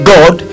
God